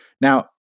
Now